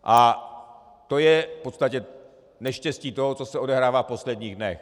A to je v podstatě neštěstí toho, co se odehrává v posledních dnech.